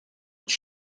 its